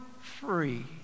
free